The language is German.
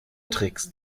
tricks